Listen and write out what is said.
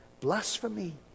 blasphemy